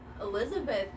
Elizabeth